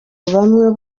bamwe